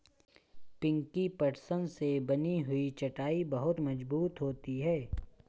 पिंकी पटसन से बनी हुई चटाई बहुत मजबूत होती है